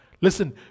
Listen